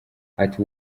ati